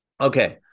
Okay